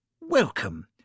Welcome